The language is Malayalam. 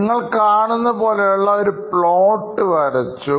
നിങ്ങൾ കാണുന്ന പോലെയുള്ള ഒരു പ്ലോട്ട് വരച്ചു